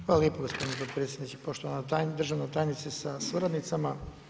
Hvala lijepo gospodine potpredsjedniče, poštovana državna tajnice sa suradnicama.